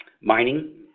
mining